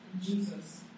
Jesus